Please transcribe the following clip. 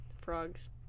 frogs